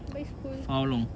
but it's cool